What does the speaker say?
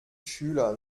schüler